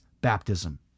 baptism